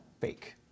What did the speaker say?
fake